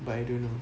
but I don't know